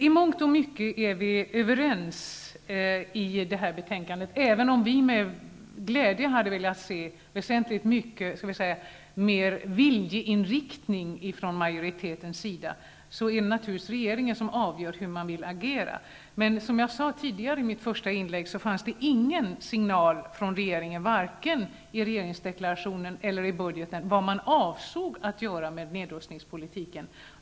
I mångt och mycket är vi överens i det här betänkandet. Även om vi med glädje hade sett väsentligt mycket mer viljeinriktning från majoritetens sida, är det naturligtvis regeringen som avgör hur man vill agera. Som jag sade tidigare i mitt första inlägg fanns det ingen signal från regeringen, varken i regeringsdeklarationen eller i budgeten, om vad man avsåg att göra med nedrustningspolitiken.